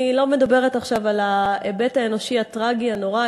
אני לא מדברת עכשיו על ההיבט האנושי הטרגי הנורא,